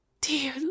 Dear